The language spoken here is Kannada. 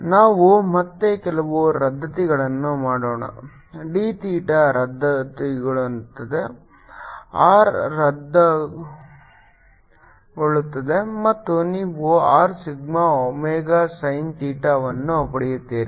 ನಾವು ಮತ್ತೆ ಕೆಲವು ರದ್ದತಿಗಳನ್ನು ಮಾಡೋಣ d ಥೀಟಾ ರದ್ದುಗೊಳ್ಳುತ್ತದೆ R ರದ್ದುಗೊಳ್ಳುತ್ತದೆ ಮತ್ತು ನೀವು R ಸಿಗ್ಮಾ ಒಮೆಗಾ sin ಥೀಟಾವನ್ನು ಪಡೆಯುತ್ತೀರಿ